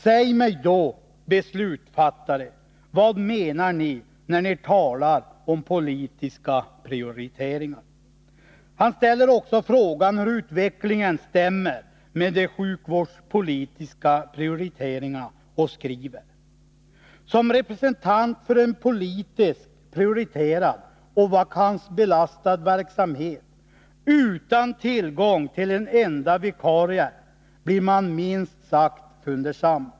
Säg mig då, beslutsfattare, vad menar ni, när ni talar om politiska prioriteringar?” Primärvårdschefen frågar också hur utvecklingen stämmer överens med de sjukvårdspolitiska prioriteringarna. Han skriver: ”Som representant för en politiskt prioriterad och vakansbelastad verksamhet utan tillgång till en enda vikarie blir man minst sagt fundersam.